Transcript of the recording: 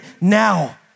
now